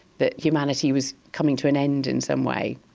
that humanity was coming to an end in some way,